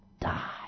die